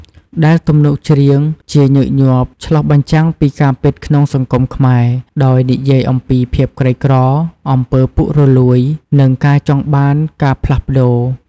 ដែលទំនុកច្រៀងជាញឹកញាប់ឆ្លុះបញ្ចាំងពីការពិតក្នុងសង្គមខ្មែរ ដោយនិយាយអំពីភាពក្រីក្រ អំពើពុករលួយ និងការចង់បានការផ្លាស់ប្ដូរ។